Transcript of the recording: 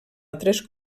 altres